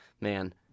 man